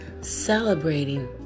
celebrating